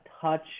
touch